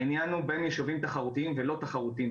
העניין הוא בין ישובים תחרותיים ולא תחרותיים.